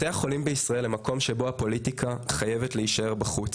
בתי החולים בישראל הם מקום שבו הפוליטיקה חייבת להישאר בחוץ.